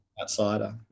outsider